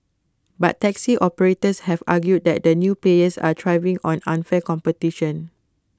but taxi operators have argued that the new players are thriving on unfair competition